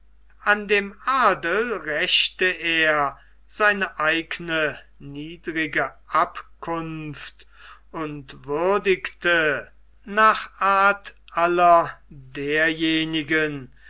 an dem adel rächte er seine eigne niedrige abkunft und würdigte nach art aller derjenigen